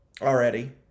already